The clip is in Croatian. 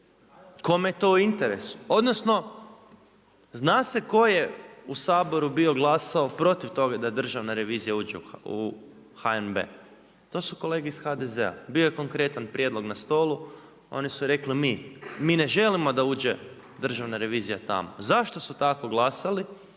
Kome je to u interesu? Odnosno, zna se tko je u Saboru bio glasao protiv toga da Državna revizija uđe u HNB. To su kolege iz HDZ-a bio je konkretan prijedlog na stolu, oni su rekli, mi mi ne želimo da uđe Državna revizija tamo. Zašto su tako glasali,